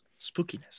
Spookiness